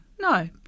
no